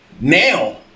Now